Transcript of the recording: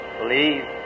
Believe